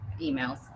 emails